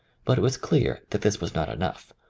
but it was clear that this was not enough.